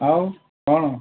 ଆଉ କ'ଣ